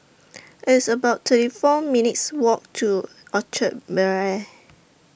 It's about thirty four minutes' Walk to Orchard Bel Air